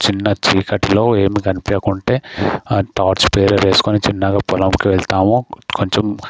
చిన్న చీకటిలో ఏమి కనిపియ్యకుంటే టార్చ్ బేరర్ వేసుకొని చిన్నగా పొలంకు వెళ్తాము కొంచం